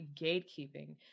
gatekeeping